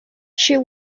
she